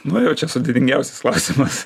nu jau čia sudėtingiausias klausimas